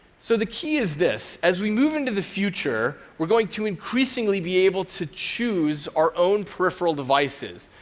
so the key is this as we move into the future, we're going to increasingly be able to choose our own peripheral devices.